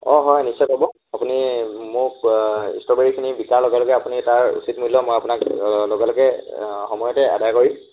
অঁ হয় নিশ্চয় পাব আপুনি মোক ষ্ট্ৰবেৰীখিনি বিকাৰ লগে লগে আপুনি তাৰ উচিত মূল্য মই আপোনাক লগে লগে সময়তে আদাই কৰিম